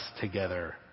together